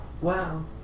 Wow